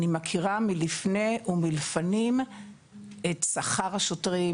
אני מכירה מלפניי ולפנים את שכר השוטרים,